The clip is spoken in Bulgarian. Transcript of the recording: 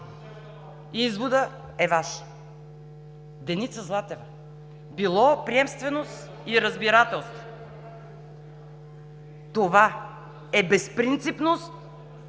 Изводът е Ваш. Деница Златева – било приемственост и разбирателство. Това е безпринципност